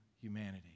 humanity